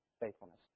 faithfulness